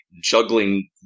juggling